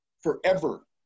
forever